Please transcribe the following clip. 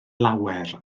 lawer